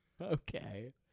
Okay